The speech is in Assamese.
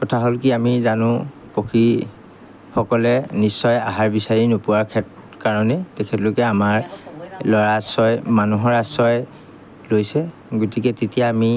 কথা হ'ল কি আমি জানো পক্ষীসকলে নিশ্চয় আহাৰ বিচাৰি নোপোৱাৰ ক্ষেত কাৰণেই তেখেতলোকে আমাৰ ল'ৰা আশ্ৰয় মানুহৰ আশ্ৰয় লৈছে গতিকে তেতিয়া আমি